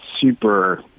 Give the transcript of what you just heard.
super